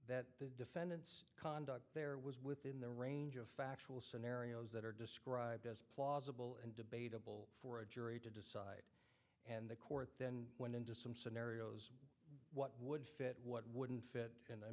that the defendant's conduct there was within the range of factual scenarios that are described as plausible and debatable for a jury to decide and the court then went into some scenarios what would fit what wouldn't fit and i